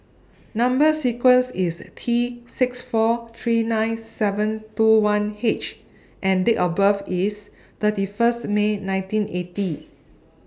Number sequence IS T six four three nine seven two one H and Date of birth IS thirty First May nineteen eighty